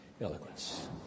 eloquence